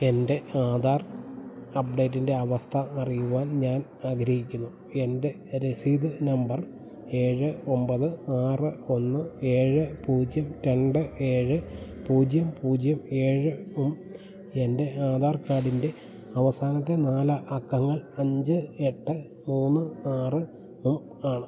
എൻ്റെ ആധാർ അപ്ഡേറ്റിൻ്റെ അവസ്ഥയറിയുവാൻ ഞാൻ ആഗ്രഹിക്കുന്നു എൻ്റെ രസീത് നമ്പർ ഏഴ് ഒമ്പത് ആറ് ഒന്ന് ഏഴ് പൂജ്യം രണ്ട് ഏഴ് പൂജ്യം പൂജ്യം ഏഴും എൻ്റെ ആധാർ കാർഡിൻ്റെ അവസാനത്തെ നാലക്കങ്ങൾ അഞ്ച് എട്ട് മൂന്ന് ആറുമാണ്